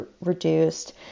reduced